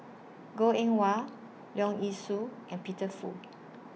Goh Eng Wah Leong Yee Soo and Peter Fu